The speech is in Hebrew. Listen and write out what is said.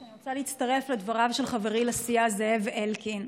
אני רוצה להצטרף לדבריו של חברי לסיעה זאב אלקין.